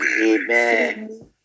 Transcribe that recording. amen